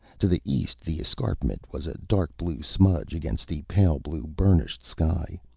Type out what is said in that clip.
to the east, the escarpment was a dark-blue smudge against the pale-blue burnished sky.